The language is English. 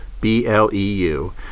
B-L-E-U